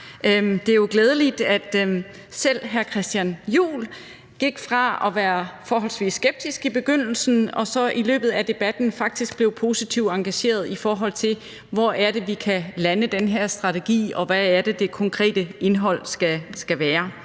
Det er jo glædeligt, at selv hr. Christian Juhl gik fra at være forholdsvis skeptisk i begyndelsen og så i løbet af debatten faktisk blev positivt engageret, i forhold til hvor det er, vi kan lande den her strategi, og hvad det konkrete indhold skal være.